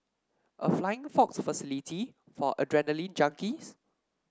a flying fox facility for adrenaline junkies